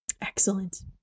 Excellent